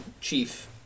chief